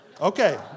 Okay